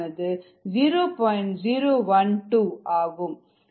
012 ஆகும்